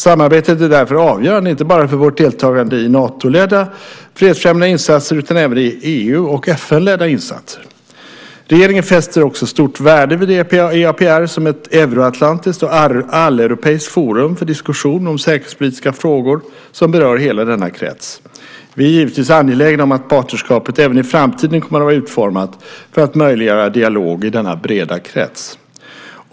Samarbetet är därför avgörande inte bara för vårt deltagande i Natoledda fredsfrämjande insatser utan även i EU och FN-ledda insatser. Regeringen fäster också stort värde vid EAPR som ett euroatlantiskt och alleuropeiskt forum för diskussion om säkerhetspolitiska frågor som berör hela denna krets. Vi är givetvis angelägna om att partnerskapet även i framtiden kommer att vara utformat för att möjliggöra dialog i denna breda krets.